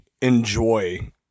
enjoy